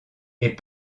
est